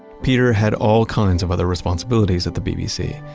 peter had all kinds of other responsibilities at the bbc,